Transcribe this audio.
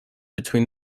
between